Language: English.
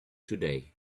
today